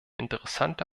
interessante